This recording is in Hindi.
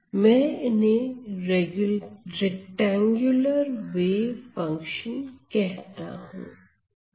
मैं इन्हें रैक्टेंगुलर वेव फंक्शन कहता हूं